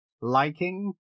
liking